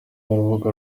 urubuga